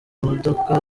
modoka